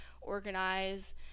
organize